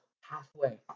halfway